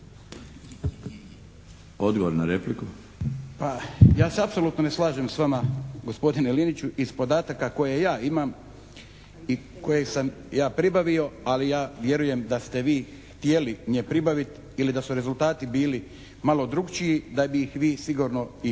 Ivan (HDZ)** Pa ja se apsolutno ne slažem s vama gospodine Liniću. Iz podataka koje ja imam i koje sam ja pribavio ali ja vjerujem da ste htjeli njih pribaviti ili da su rezultati bili malo drugačiji da bi ih vi sigurno i